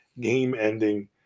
game-ending